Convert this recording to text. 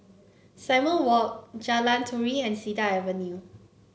Simon Walk Jalan Turi and Cedar Avenue